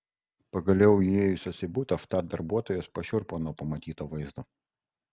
pagaliau įėjusios į butą vtat darbuotojos pašiurpo nuo pamatyto vaizdo